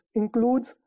includes